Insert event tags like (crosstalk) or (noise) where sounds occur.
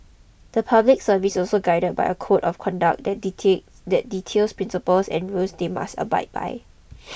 the public service is also guided by a code of conduct that details that details principles and rules they must abide by (noise)